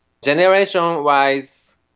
Generation-wise